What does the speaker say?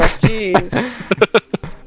jeez